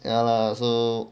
ya lah so